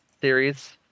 series